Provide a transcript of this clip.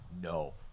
No